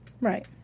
Right